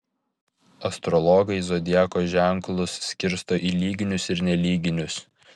astrologai zodiako ženklus skirsto į lyginius ir nelyginius